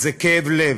זה כאב לב.